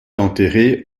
enterré